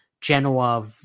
Genoa